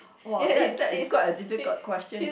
!wow! that that is quite a difficult question